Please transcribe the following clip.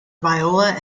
viola